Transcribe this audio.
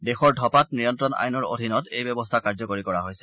দেশৰ ধঁপাত নিয়ন্ত্ৰণ আইনৰ অধীনত এই ব্যৱস্থা কাৰ্যকৰী কৰা হৈছে